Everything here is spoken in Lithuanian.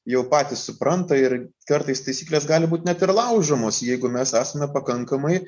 jau patys supranta ir kartais taisyklės gali būt net ir laužomos jeigu mes esame pakankamai